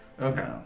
Okay